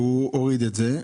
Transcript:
ולכן הוא הוריד את זה.